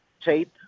tape